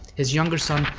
his younger son,